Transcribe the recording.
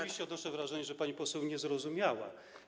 Rzeczywiście, odnoszę wrażenie, że pani poseł nie zrozumiała.